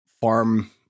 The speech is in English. farm